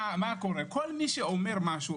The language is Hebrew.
מי שאומר משהו